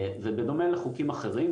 בדומה לחוקים אחרים,